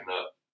up